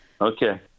Okay